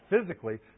physically